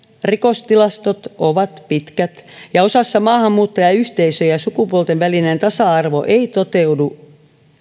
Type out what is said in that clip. rikostilastot ovat pitkät ja osassa maahanmuuttajayhteisöjä sukupuolten välinen tasa arvo ei toteudu